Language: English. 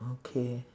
okay